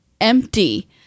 empty